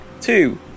two